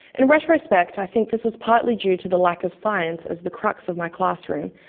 in retrospect, i think this was partly due to the lack of science as the crux of my classroom,